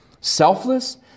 selfless